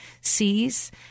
sees